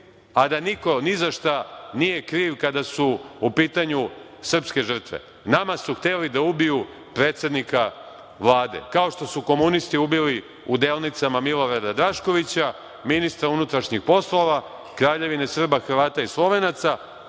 a da niko ni za šta nije kriv kada su u pitanju srpske žrtve. Nama su hteli da ubiju predsednika Vlade. Kao što su komunisti ubili u Delnicama Milorada Draškovića, ministra unutrašnjih poslova Kraljevine SHS, takva